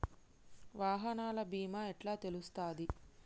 వాహనాల బీమా ఎట్ల తెలుస్తది?